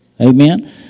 Amen